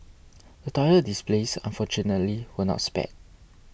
the toilet displays unfortunately were not spared